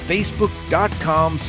facebook.com